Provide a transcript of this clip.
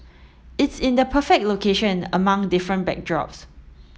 it's in the perfect location among different backdrops